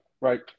right